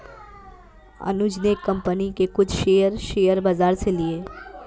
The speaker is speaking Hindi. अनुज ने एक कंपनी के कुछ शेयर, शेयर बाजार से लिए